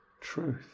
truth